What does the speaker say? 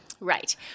Right